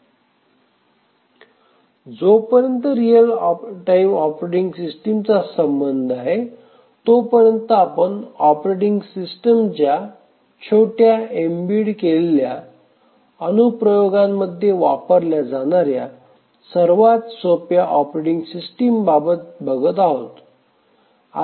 परंतु जोपर्यंत real time operating सिस्टमचा संबंध आहे तोपर्यंत आपण ऑपरेटिंग सिस्टमच्या छोट्या एम्बेड केलेल्या अनुप्रयोगांमध्ये वापरल्या जाणार्या सर्वात सोप्या ऑपरेटिंग सिस्टम बाबत बघत आहोत